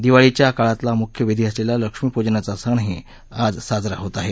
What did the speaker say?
दिवाळीच्या काळातला म्ख्य विधी असलेला लक्ष्मीपूजनाचा सणही आज साजरा होत आहे